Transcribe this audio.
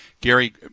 Gary